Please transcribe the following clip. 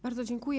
Bardzo dziękuję.